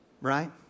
Right